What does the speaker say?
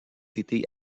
été